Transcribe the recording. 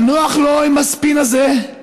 אבל נוח לו עם הספין הזה.